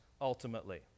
ultimately